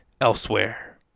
elsewhere